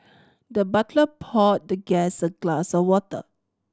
the butler poured the guest a glass of water